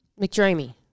McDreamy